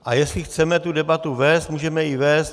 A jestli chceme tu debatu vést, můžeme ji vést.